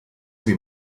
wie